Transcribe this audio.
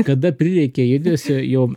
kada prireikia judesio jo